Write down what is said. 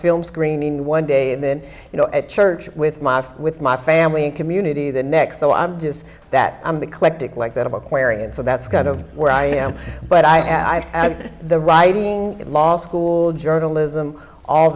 film screening one day and then you know at church with my with my family and community the next so i'm just that i'm the collective like that of aquarian so that's kind of where i am but i am i the writing law school journalism all